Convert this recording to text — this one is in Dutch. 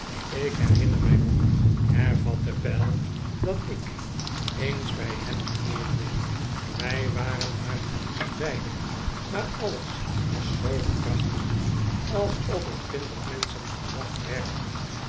ik her inner mij nog hervatte pell dat ik eens bij hem dineerde wij waren maar met ons beiden maar alles was zoo prachtig alsof er twintig menschen verwacht werden